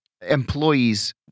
employees